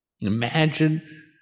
Imagine